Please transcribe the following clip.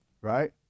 right